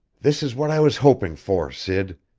this is what i was hoping for, sid.